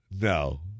No